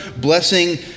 blessing